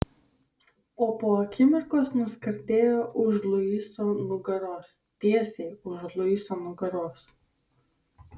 o po akimirkos nuskardėjo už luiso nugaros tiesiai už luiso nugaros